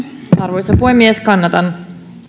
arvoisa puhemies kannatan timo harakka